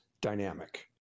dynamic